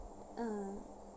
mm